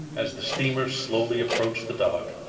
as the steamer slowly approached the dock,